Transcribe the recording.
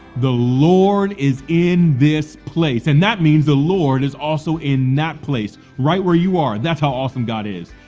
the lord is in this place. and that means the lord is also in that place, right where you are, that's how awesome god is.